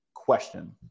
question